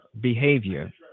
behavior